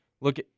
look